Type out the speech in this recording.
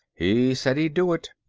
he said he'd do it.